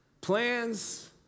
Plans